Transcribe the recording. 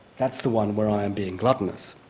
that's the one where i am being gluttonous.